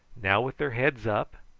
now with their heads up,